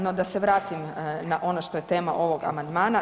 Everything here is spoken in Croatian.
No, da se vratim na ono što je tema ovog amandmana.